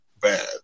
bad